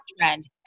trend